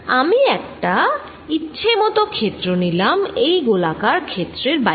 আমি একটা ইচ্ছে মত ক্ষেত্র নিলাম এই গোলাকার খেত্রের বাইরে